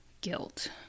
guilt